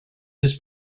his